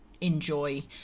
enjoy